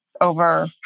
over